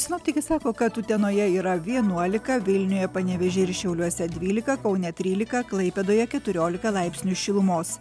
sinoptikai sako kad utenoje yra vienuolika vilniuje panevėžyje ir šiauliuose dvylika kaune trylika klaipėdoje keturiolika laipsnių šilumos